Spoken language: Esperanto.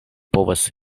povas